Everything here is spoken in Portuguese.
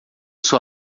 sou